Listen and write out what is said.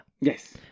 Yes